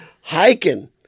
Hiking